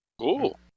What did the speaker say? cool